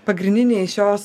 pagrindiniai šios